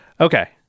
Okay